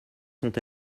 sont